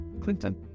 Clinton